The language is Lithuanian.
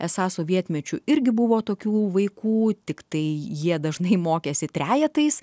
esą sovietmečiu irgi buvo tokių vaikų tiktai jie dažnai mokėsi trejetais